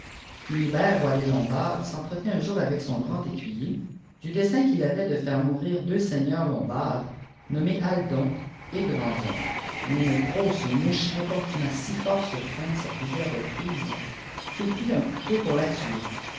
kunibert roi des lombards s'entretenait un jour avec son grand écuyer du dessein qu'il avait de faire mourir deux seigneurs lopiibards nommés aldon t granson mais une crosse mouche importuna si fort ce prince à plusieurs reprises qu'il prit un couteau pour la tuer